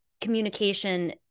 communication